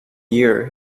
year